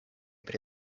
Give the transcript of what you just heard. pri